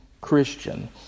Christian